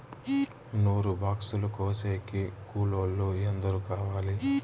నూరు బాక్సులు కోసేకి కూలోల్లు ఎందరు కావాలి?